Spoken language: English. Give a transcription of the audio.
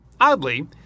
Oddly